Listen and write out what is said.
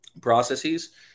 processes